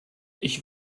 ich